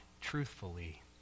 truthfully